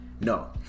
no